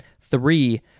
three